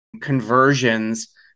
conversions